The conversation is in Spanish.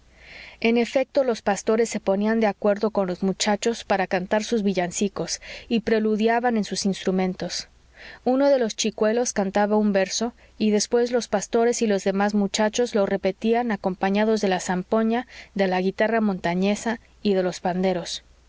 en efecto los pastores se ponían de acuerdo con los muchachos para cantar sus villancicos y preludiaban en sus instrumentos uno de los chicuelos cantaba un verso y después los pastores y los demás muchachos lo repetían acompañados de la zampoña de la guitarra montañesa y de los panderos